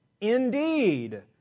indeed